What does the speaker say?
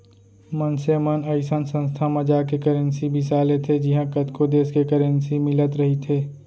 मनसे मन अइसन संस्था म जाके करेंसी बिसा लेथे जिहॉं कतको देस के करेंसी मिलत रहिथे